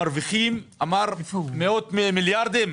מרוויחים, אמר מאות מיליארדים?